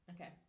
Okay